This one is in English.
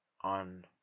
on